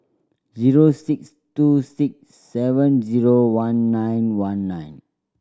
zero six two six seven zero one nine one nine